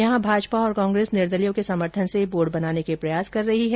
यहां भाजपा और कांग्रेस निर्दलीयों के समर्थन से बोर्ड बनाने के प्रयास कर रही है